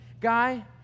guy